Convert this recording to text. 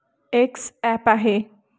x app आहे